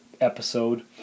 episode